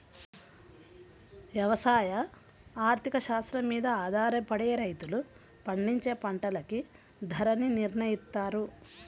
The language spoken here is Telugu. యవసాయ ఆర్థిక శాస్త్రం మీద ఆధారపడే రైతులు పండించే పంటలకి ధరల్ని నిర్నయిత్తారు